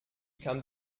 kam